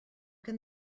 can